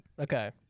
Okay